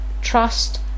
trust